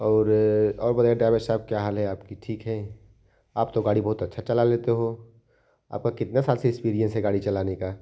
और और बताए ड्राइवर साहब क्या हाल है आपके ठीक है आप तो गाड़ी बहुत अच्छा चला लेते हो आपका कितना साल से इस्पीरियंस है गाड़ी चलाने का